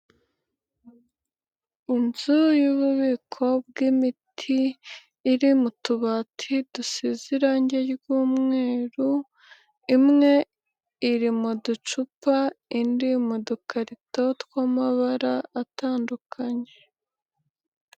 Inzu y'ububiko bw'imiti, iri mu tubati dusize irangi ry'umweru, imwe iri mu ducupa, indi mu dukarito tw'amabara atandukanye.